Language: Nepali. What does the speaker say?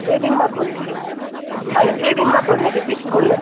सेभिङमा खोल्ने कि होइन सेभिङमा खोल्ने कि फिक्स खोल्ने